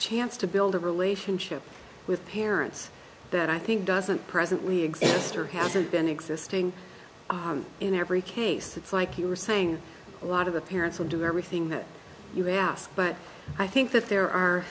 chance to build a relationship with parents that i think doesn't presently exist or hasn't been existing in every case it's like you are saying a lot of the parents will do everything that you ask but i think that there are